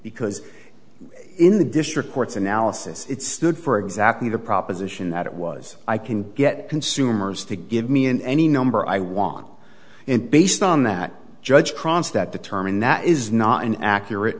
because in the district court's analysis it stood for exactly the proposition that it was i can get consumers to give me in any number i want and based on that judge kronstadt determined that is not an accurate